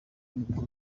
nibwo